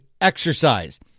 Exercise